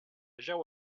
jau